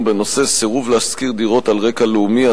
בנושא: סירוב להשכיר דירות על רקע לאומי,